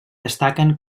destaquen